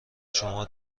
شما